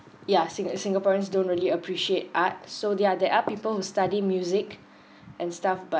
ya sing~ singaporeans don't really appreciate art so there are there are people who study music and stuff but